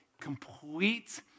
complete